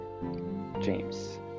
James